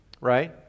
right